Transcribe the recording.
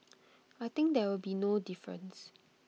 I think there will be no difference